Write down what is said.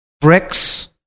Bricks